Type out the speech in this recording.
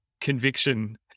conviction